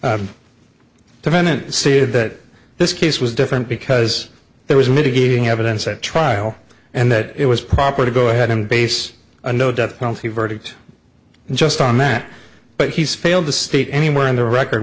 the defendant said that this case was different because there was mitigating evidence at trial and that it was proper to go ahead and base a no death penalty verdict just on that but he's failed to state anywhere in the record